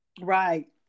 Right